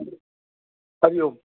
हरिओम